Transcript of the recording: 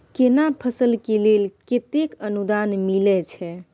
केना फसल के लेल केतेक अनुदान मिलै छै?